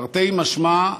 תרתי משמע,